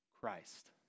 Christ